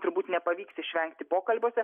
turbūt nepavyks išvengti pokalbiuose